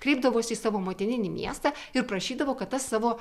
kreipdavosi į savo motininį miestą ir prašydavo kad tas savo